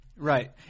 Right